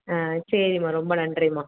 ஆ சரி மா ரொம்ப நன்றிமா